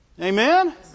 Amen